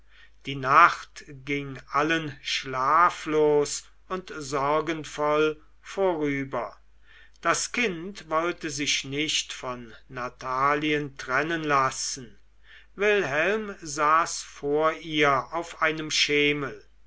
die nacht ging allen schlaflos und sorgenvoll vorüber das kind wollte sich nicht von natalien trennen lassen wilhelm saß vor ihr auf einem schemel